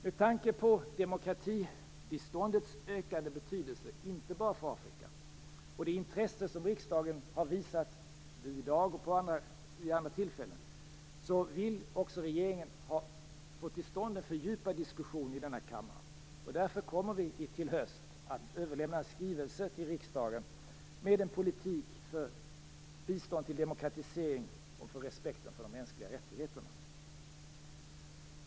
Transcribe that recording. Med tanke på demokratibiståndets ökade betydelse inte bara för Afrika och det intresse som riksdagen har visat i dag och vid andra tillfällen, vill regeringen också få till stånd en fördjupad diskussion här i kammaren. Därför kommer vi i höst att överlämna en skrivelse till riksdagen med en politik för bistånd till demokratisering och för respekten för de mänskliga rättigheterna.